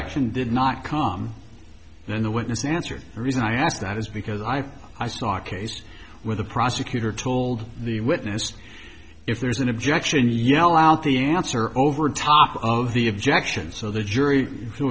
action did not come in the witness answered the reason i ask that is because i thought i saw a case where the prosecutor told the witness if there's an objection yell out the answer over top of the objection so the jury